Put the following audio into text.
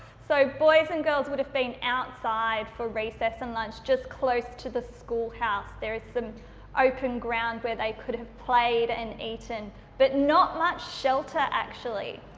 so boys and girls would have been outside for recess and lunch just close to the school house there is some open ground where they could have played and eaten but not much shelter actually.